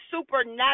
supernatural